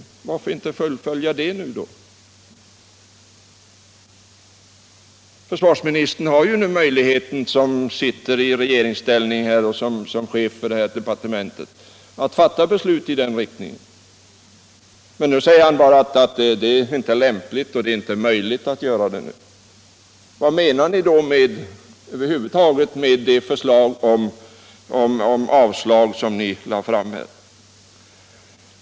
Varför inte fullfölja det förslaget nu? Försvarsministern har möjlighet när han nu sitter som chef för detta departement att fatta beslut i den riktningen! Men nu säger han bara att det är inte lämpligt eller möjligt att göra det. Vad menade ni då över huvud taget med det förslag om avslag som ni lade fram?